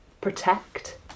protect